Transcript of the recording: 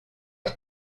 que